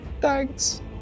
thanks